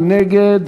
מי נגד?